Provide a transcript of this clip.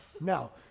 Now